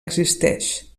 existeix